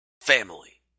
family